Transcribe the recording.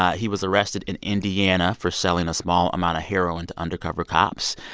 he was arrested in indiana for selling a small amount of heroin to undercover cops.